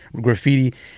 graffiti